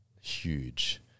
huge